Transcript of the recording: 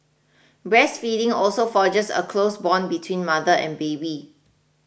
breastfeeding also forges a close bond between mother and baby